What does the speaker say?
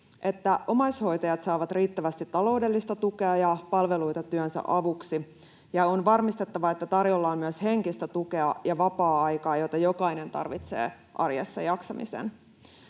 omaishoitajat saavat riittävästi taloudellista tukea ja palveluita työnsä avuksi, ja on varmistettava, että tarjolla on myös henkistä tukea ja vapaa-aikaa, jota jokainen tarvitsee arjessa jaksamiseen.